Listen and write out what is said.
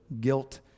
guilt